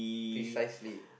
precisely